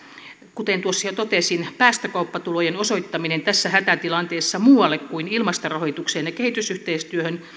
kuten tuossa jo totesin päästökauppatulojen osoittaminen tässä hätätilanteessa muualle kuin ilmastorahoitukseen ja kehitysyhteistyöhön